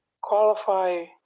qualify